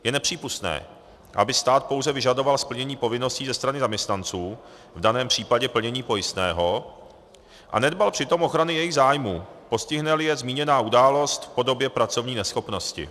Je nepřípustné, aby stát pouze vyžadoval splnění povinností ze strany zaměstnanců, v daném případě plnění pojistného, a nedbal přitom ochrany jejich zájmů, postihneli je zmíněná událost v podobě pracovní neschopnosti.